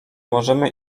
możemy